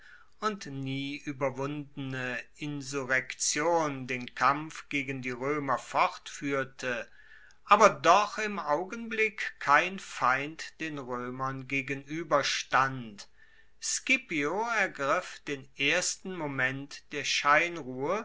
und nie ueberwundene insurrektion den kampf gegen die roemer fortfuehrte aber doch im augenblick kein feind den roemern gegenueberstand scipio ergriff den ersten moment der